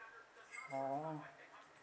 orh